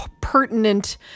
pertinent